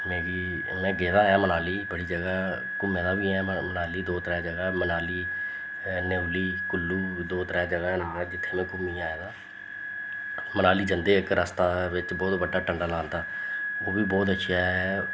मै बी मै गेदा आं मनाली बड़ी जगह् घूमे दा बी ऐ मनाली दो त्रै जगह् मनाली नेयोली कुल्लू दो त्रै जगह् न में जित्थें में घूमी आए दा मनाली जंदे इक रस्ता बिच्च बोह्त बड्डा टनल आंदा ओह् बी बोह्त अच्छा ऐ